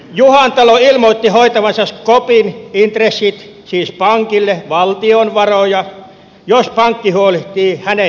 juhantalo ilmoitti hoitavansa skopin intressit siis pankille valtion varoja jos pankki huolehtii hänen intressistään